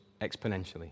exponentially